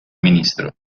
ministro